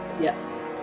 yes